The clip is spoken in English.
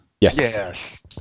Yes